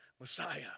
Messiah